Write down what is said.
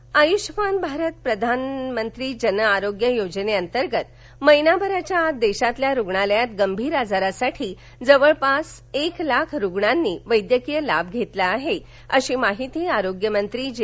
नड्डा आय़्ष्यमान भारत प्रधानमंत्री जन आरोग्य योजने अंतर्गत महिन्याभराच्या आत देशातील रुग्णालयात गंभीर आजारासाठी जवळपास एक लाख रुगाणांनी वैद्यकीय लाभ घेतला आहे अशी माहिती आरोग्य मंत्री जे